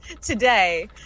today